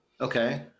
okay